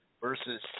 versus